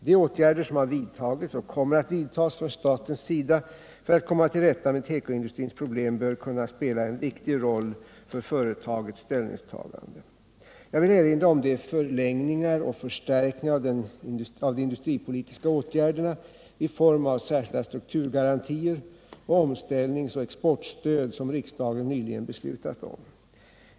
De åtgärder som har vidtagits och kommer att vidtas från statens sida för att komma till rätta med tekoindustrins problem bör kunna spela en viktig roll för företagets ställningstagande. Jag vill erinra om de förlängningar och förstärkningar av de industripolitiska åtgärderna i form av särskilda strukturgarantier och omställnings och exportstöd som riksdagen nyligen beslutat om.